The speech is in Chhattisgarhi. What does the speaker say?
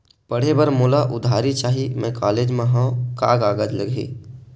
पढ़े बर मोला उधारी चाही मैं कॉलेज मा हव, का कागज लगही?